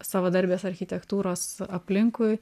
savadarbės architektūros aplinkui